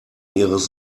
ihres